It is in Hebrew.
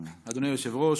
אדוני היושב-ראש,